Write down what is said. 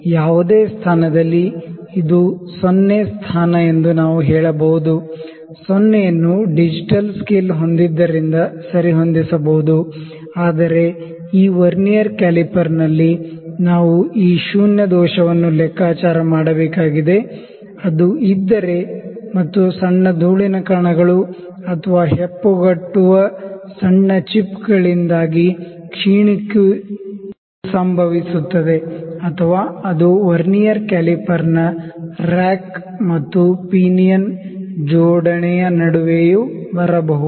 ಯಾವುದೇ ಸ್ಥಾನದಲ್ಲಿ ಇದು 0 ಸ್ಥಾನ ಎಂದು ನಾವು ಹೇಳಬಹುದು 0 ಅನ್ನು ಡಿಜಿಟಲ್ ಸ್ಕೇಲ್ ಹೊಂದಿದ್ದರಿಂದ ಸರಿಹೊಂದಿಸಬಹುದು ಆದರೆ ಈ ವರ್ನಿಯರ್ ಕ್ಯಾಲಿಪರ್ನಲ್ಲಿ ನಾವು ಈ ಶೂನ್ಯ ದೋಷ ವನ್ನು ಲೆಕ್ಕಾಚಾರ ಮಾಡಬೇಕಾಗಿದೆ ಅದು ಇದ್ದರೆ ಮತ್ತು ಸಣ್ಣ ಧೂಳಿನ ಕಣಗಳು ಅಥವಾ ಹೆಪ್ಪುಗಟ್ಟುವ ಸಣ್ಣ ಚಿಪ್ಗಳಿಂದಾಗಿ ಕ್ಷೀಣಿಸುವಿಕೆಯು ಸಂಭವಿಸುತ್ತದೆ ಅಥವಾ ಅದು ವರ್ನಿಯರ್ ಕ್ಯಾಲಿಪರ್ನ ರ್ಯಾಕ್ ಮತ್ತು ಪಿನಿಯನ್ ಜೋಡಣೆಯ ನಡುವೆ ಬರಬಹುದು